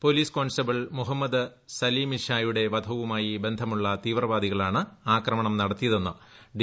police constable Mohammed സലീമിഷായുടെ വധവുമായി ബന്ധമുള്ള തീവ്രവാദികളാണ് ആക്രമണം നടത്തിയതെന്ന് ഡി